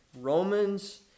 Romans